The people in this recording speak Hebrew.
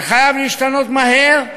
זה חייב להשתנות מהר,